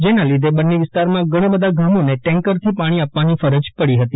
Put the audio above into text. જેના લીધે બન્ની વિસ્તારમાં ઘણા બધા ગામોને ટેન્કરથી પાણી આપવાની ફરજ પડી હતી